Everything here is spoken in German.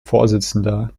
vorsitzender